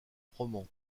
roman